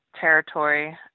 territory